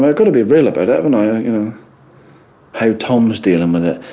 um got to be real about it, haven't i? you know how tom's dealing with it,